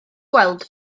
gweld